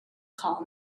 call